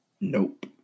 Nope